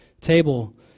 table